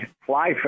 fly